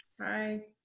Hi